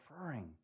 referring